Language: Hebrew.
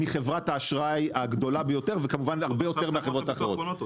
מחברת האשראי הגדולה ביותר וכמובן הרבה יותר מהחברות האחרות.